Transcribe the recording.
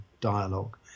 dialogue